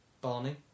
Barney